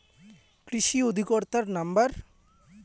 কৃষি অধিকর্তার নাম্বার?